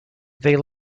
they